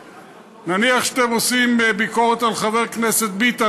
נניח שאתם עושים ביקורת על חבר הכנסת ביטן,